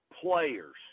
players